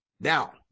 Now